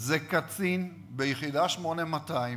הוא קצין ביחידה 8200,